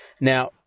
Now